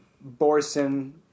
Borson